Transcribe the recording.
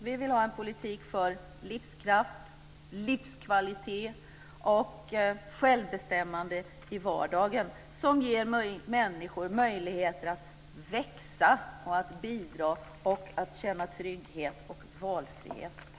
Vi vill ha en politik för livskraft, livskvalitet och självbestämmande i vardagen som ger människor möjligheter att växa, att bidra och att känna trygghet och valfrihet.